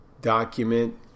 document